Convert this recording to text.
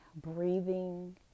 breathing